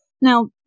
Now